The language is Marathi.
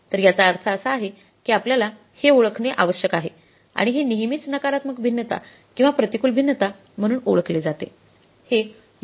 तर याचा अर्थ असा आहे की आपल्याला हे ओळखणे आवश्यक आहे आणि हे नेहमीच नकारात्मक भिन्नता किंवा प्रतिकूल भिन्नता म्हणून ओळखले जाते